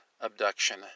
Abduction